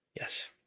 Yes